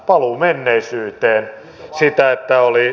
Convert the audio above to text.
paluu menneisyyteen se että oli